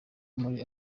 muri